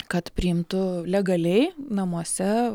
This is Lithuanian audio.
kad priimtų legaliai namuose